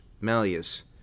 Malleus